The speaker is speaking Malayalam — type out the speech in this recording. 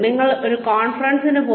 നിങ്ങൾ ഒരു കോൺഫറൻസിന് പോയി